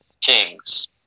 Kings